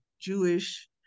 jewish